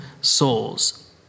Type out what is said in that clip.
souls